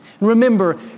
Remember